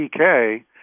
PK